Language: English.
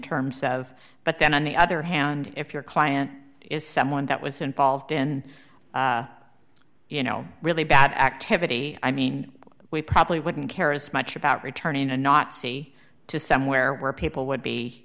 terms of but then on the other hand if your client is someone that was involved in you know really bad activity i mean we probably wouldn't care as much about returning a nazi to somewhere where people would be